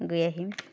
গৈ আহিম